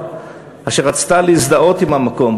אשר רצתה להזדהות עם המקום,